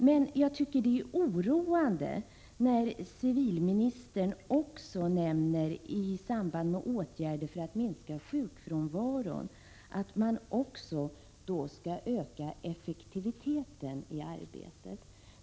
Jag tycker dock att det är oroande att civilministern i samband med vad han säger om åtgärder för att minska sjukfrånvaron också nämner att man skall öka effektiviteten i arbetet.